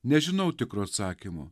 nežinau tikro atsakymo